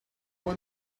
one